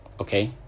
Okay